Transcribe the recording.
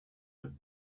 eux